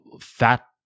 fat